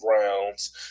rounds